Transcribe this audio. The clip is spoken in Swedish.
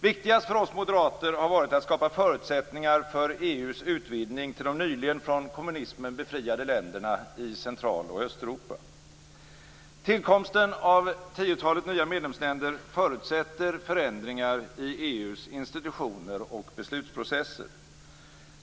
Viktigast för oss moderater har varit att skapa förutsättningar för EU:s utvidgning till de från kommunismen nyligen befriade länderna i Central och Östeuropa. Tillkomsten av tiotalet nya medlemsländer förutsätter förändringar i EU:s institutioner och beslutsprocesser.